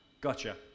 Gotcha